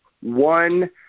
one